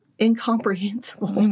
incomprehensible